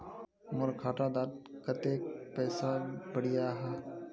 मोर खाता डात कत्ते पैसा बढ़ियाहा?